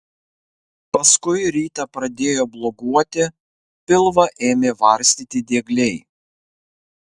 paskui rytą pradėjo bloguoti pilvą ėmė varstyti diegliai